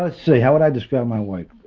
let's see. how would i describe my work?